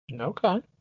Okay